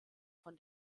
von